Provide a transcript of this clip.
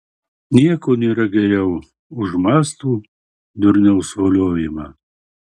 nieko nėra geriau už mąslų durniaus voliojimą